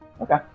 Okay